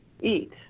eat